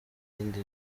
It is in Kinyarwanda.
bindi